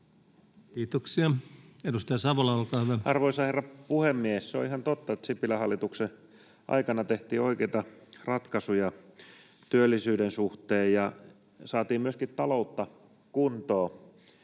Kiitoksia. — Edustaja Savola, olkaa hyvä. Arvoisa herra puhemies! Se on ihan totta, että Sipilän hallituksen aikana tehtiin oikeita ratkaisuja työllisyyden suhteen ja saatiin myöskin taloutta kuntoon.